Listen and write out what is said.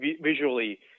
Visually